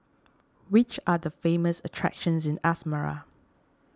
which are the famous attractions in Asmara